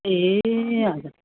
ए हजुर